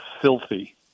filthy